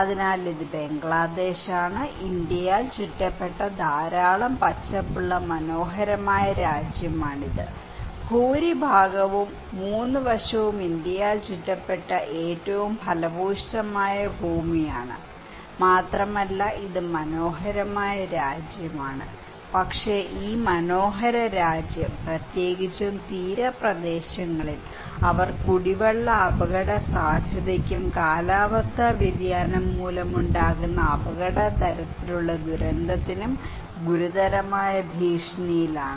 അതിനാൽ ഇത് ബംഗ്ലാദേശാണ് ഇന്ത്യയാൽ ചുറ്റപ്പെട്ട ധാരാളം പച്ചപ്പുള്ള മനോഹരമായ രാജ്യമാണിത് ഭൂരിഭാഗവും മൂന്ന് വശവും ഇന്ത്യയാൽ ചുറ്റപ്പെട്ട ഏറ്റവും ഫലഭൂയിഷ്ഠമായ ഭൂമിയാണ് മാത്രമല്ല ഇത് മനോഹരമായ രാജ്യമാണ് പക്ഷേ ഈ മനോഹരമായ രാജ്യം പ്രത്യേകിച്ചും തീരപ്രദേശങ്ങളിൽ അവർ കുടിവെള്ള അപകടസാധ്യതയ്ക്കും കാലാവസ്ഥാ വ്യതിയാനം മൂലമുണ്ടാകുന്ന അപകട തരത്തിലുള്ള ദുരന്തത്തിനും ഗുരുതരമായ ഭീഷണിയിലാണ്